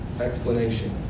explanation